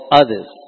others